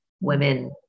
women